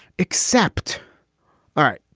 except. all right.